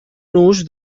nus